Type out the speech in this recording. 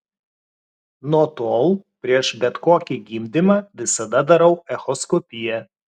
nuo tol prieš bet kokį gimdymą visada darau echoskopiją